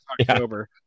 October